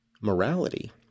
morality